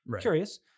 curious